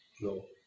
No